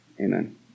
Amen